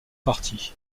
parti